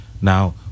Now